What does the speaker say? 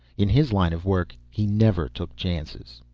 in his line of work he never took chances.